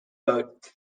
both